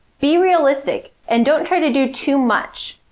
be realistic and don't try to do too much.